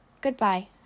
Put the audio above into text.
Goodbye